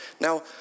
Now